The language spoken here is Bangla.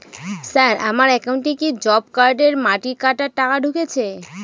স্যার আমার একাউন্টে কি জব কার্ডের মাটি কাটার টাকা ঢুকেছে?